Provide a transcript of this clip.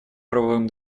правовым